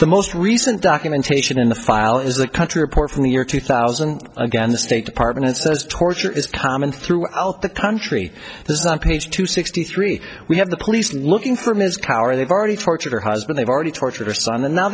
the most recent documentation in the file is the country report from the year two thousand again the state department says torture is common throughout the country there's on page two sixty three we have the police looking for ms power they've already tortured her husband they've already tortured her son and now